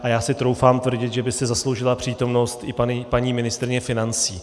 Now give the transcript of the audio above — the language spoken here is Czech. A já si troufám tvrdit, že by si zasloužila přítomnost i paní ministryně financí.